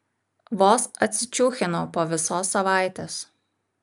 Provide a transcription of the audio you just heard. vos atsičiūchinau po visos savaitės